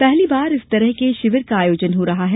पहली बार इस तरह का शिविर का आयोजन हो रहा है